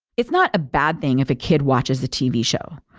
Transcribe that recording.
it's not a bad thing if a kid watches the tv show.